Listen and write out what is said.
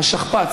השכפ"ץ,